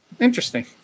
Interesting